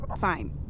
Fine